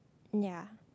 ya